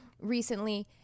recently